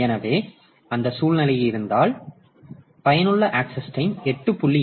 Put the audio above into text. எனவே அந்த சூழ்நிலை இருந்தால் பயனுள்ள ஆக்சஸ் டைம் 8